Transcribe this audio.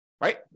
right